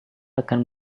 akan